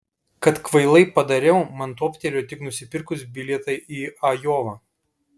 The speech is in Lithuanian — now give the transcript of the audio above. kad kvailai padariau man toptelėjo tik nusipirkus bilietą į ajovą